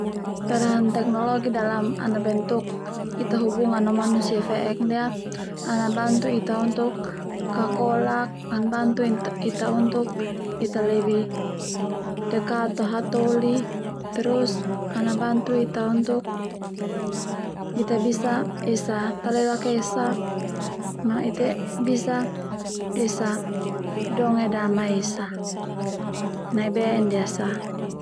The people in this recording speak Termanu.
Peran teknologi dalam ana bentuk Ita hubungan no manusia fe'ek ndia ana bantu Ita untuk kakolak ana bantu Ita untuk Ita lebih dekat to hatoli, terus ana bantu Ita untuk Ita bisa esa talelak esa ma ita bisa donge dama esa nai be ndia sa.